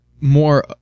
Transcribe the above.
more